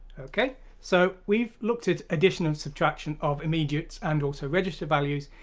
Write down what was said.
okay so we've looked at addition and subtraction of immediate and also register values.